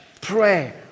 pray